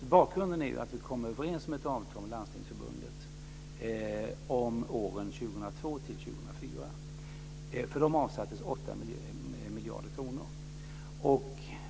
Bakgrunden är att vi kom överens om ett avtal med Landstingsförbundet om åren 2002 till 2004. För dessa år avsattes 8 miljarder kronor.